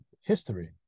history